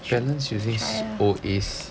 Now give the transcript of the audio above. try lah